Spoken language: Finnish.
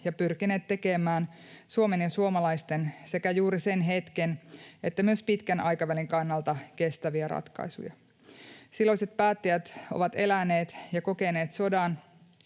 ja pyrkineet tekemään Suomen ja suomalaisten, sekä juuri sen hetken että myös pitkän aikavälin kannalta kestäviä ratkaisuja. Silloiset päättäjät ovat eläneet ja kokeneet sodan,